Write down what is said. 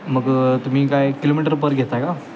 मग तुम्ही काय किलोमीटर पर घेताय का